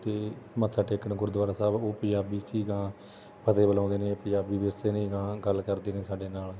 ਅਤੇ ਮੱਥਾ ਟੇਕਣ ਗੁਰਦੁਆਰਾ ਸਾਹਿਬ ਉਹ ਪੰਜਾਬੀ 'ਚ ਹੀ ਅਗਾਂਹ ਫਤਹਿ ਬੁਲਾਉਂਦੇ ਨੇ ਪੰਜਾਬੀ ਵਿਰਸੇ ਨੇ ਹੀ ਅਗਾਹਾਂ ਗੱਲ ਕਰਦੇ ਨੇ ਸਾਡੇ ਨਾਲ